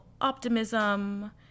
optimism